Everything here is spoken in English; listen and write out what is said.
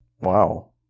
Wow